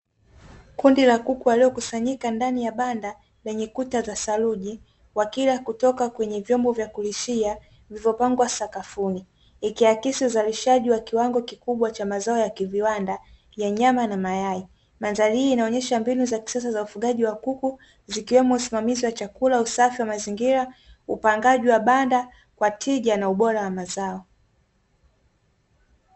Kundi la kuku waliokusanyika ndani ya banda lenye kuta za saruji, wakila kutoka kwenye vyombo vya kulishia vilivyopangwa sakafuni. Ikiakisi uzalishaji wa kiwango kikubwa cha mazao ya kiviwanda, ya nyama na mayai. Mandhari hii inaonyesha mbinu za kisasa za ufugaji wa kuku, zikiwemo usimamizi wa chakula, usafi wa mazingira, upangaji wa banda kwa tija na ubora wa mazao.